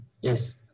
Yes